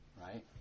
Right